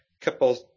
couple